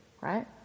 right